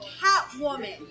Catwoman